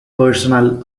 personnel